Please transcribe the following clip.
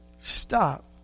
Stop